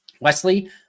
Wesley